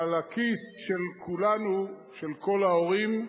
אבל הכיס של כולנו, של כל ההורים,